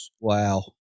Wow